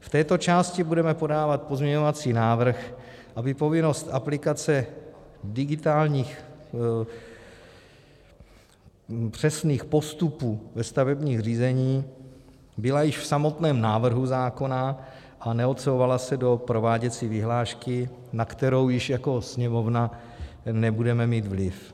V této části budeme podávat pozměňovací návrh, aby povinnost aplikace digitálních přesných postupů ve stavebním řízení byla již v samotném návrhu zákona a neodsouvala se do prováděcí vyhlášky, na kterou již jako Sněmovna nebudeme mít vliv.